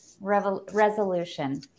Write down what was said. resolution